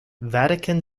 vatican